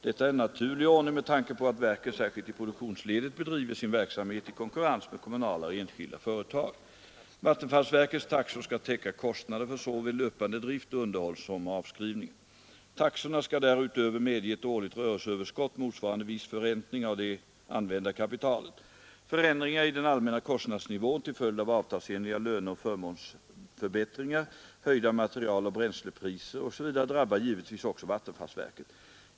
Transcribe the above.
Detta är en naturlig ordning med tanke på att verket — särskilt i produktionsledet — bedriver sin verksamhet i konkurrens med kommunala och enskilda företag. Vattenfallsverkets taxor skall täcka kostnader för såväl löpande drift och underhåll som avskrivningar. Taxorna skall därutöver medge ett årligt rörelseöverskott motsvarande viss förräntning av det använda kapitalet. Förändringar i den allmänna kostnadsnivån till följd av avtalsenliga löneoch förmånsförbättringar, höjda materialoch bränslepriser etc. drabbar givetvis också vattenfallsverket.